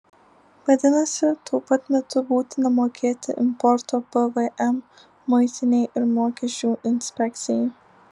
vadinasi tuo pat metu būtina mokėti importo pvm muitinei ir mokesčių inspekcijai